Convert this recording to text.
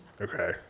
Okay